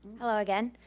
hello, again.